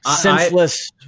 senseless